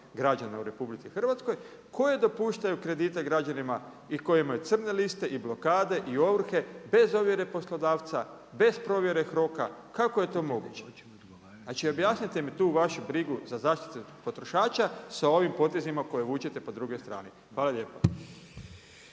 građana u RH, koje dopuštaju kredite građanima i koji imaju crne liste i blokade i ovrhe bez ovjere poslodavca, bez provjere HROK-a, kako je to moguće? Znači objasnite mi tu vašu brigu za zaštitu potrošača sa ovim potezima koje vučete po drugoj strani. Hvala lijepa.